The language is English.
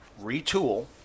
Retool